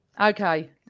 Okay